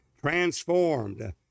transformed